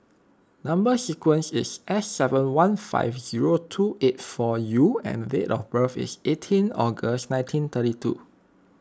Number Sequence is S seven one five zero two eight four U and date of birth is eighteen August nineteen thirty two